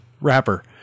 wrapper